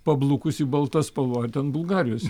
pablukusi balta spalva ar ten bulgarijos